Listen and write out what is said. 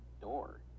door